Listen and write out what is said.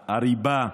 צפחת הריבה.